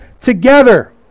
together